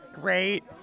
Great